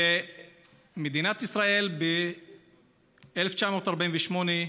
ומדינת ישראל, ב-1948,